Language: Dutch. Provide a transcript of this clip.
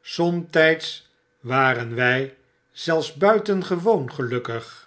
somtijds waren wij zelfs buitengewoon gelufckig